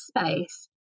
space